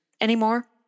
anymore